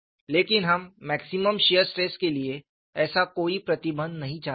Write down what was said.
लेकिन हम maximum shear stress के लिए ऐसा कोई प्रतिबंध नहीं चाहते थे